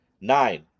Nine